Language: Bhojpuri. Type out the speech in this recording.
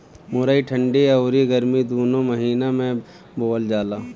मुरई ठंडी अउरी गरमी दूनो महिना में बोअल जाला